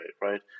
right